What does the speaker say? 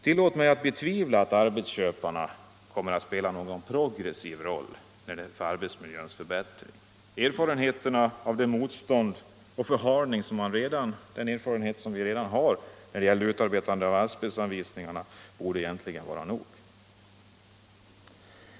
Tillåt mig betvivla att arbetsköparna kommer att spela någon progressiv roll för arbetsmiljöns förbättring. De erfarenheter av motstånd och förhalning som vi har från utarbetandet av asbestanvisningarna borde vara nog.